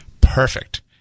Perfect